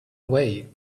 away